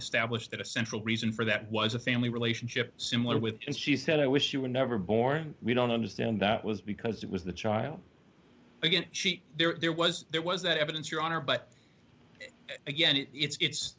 established that a central reason for that was a family relationship similar with as she said i wish you were never born we don't understand that was because it was the child again there was there was that evidence your honor but again it's